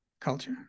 culture